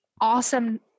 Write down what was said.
awesome